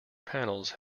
panels